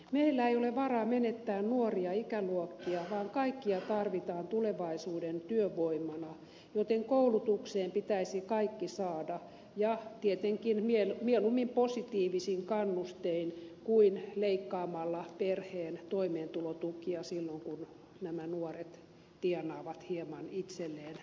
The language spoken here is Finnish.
meillä ei ole varaa menettää nuoria ikäluokkia vaan kaikkia tarvitaan tulevaisuuden työvoimana joten koulutukseen pitäisi kaikki saada ja tietenkin mieluummin positiivisin kannustein kuin leikkaamalla perheen toimeentulotukia silloin kun nämä nuoret tienaavat hieman itselleen lisätuloja